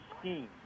scheme